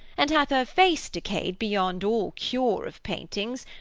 and hath her face decay'd beyond all cure of paintings,